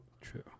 True